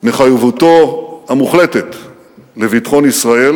מחויבותו המוחלטת לביטחון ישראל